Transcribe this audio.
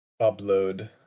upload